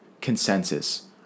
consensus